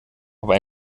aber